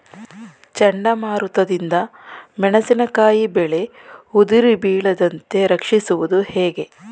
ಚಂಡಮಾರುತ ದಿಂದ ಮೆಣಸಿನಕಾಯಿ ಬೆಳೆ ಉದುರಿ ಬೀಳದಂತೆ ರಕ್ಷಿಸುವುದು ಹೇಗೆ?